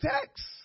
text